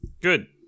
Good